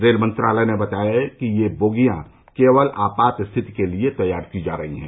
rail मंत्रालय ने बताया कि ये बोगियां केवल आपात स्थिति के लिए तैयार की जा रही हैं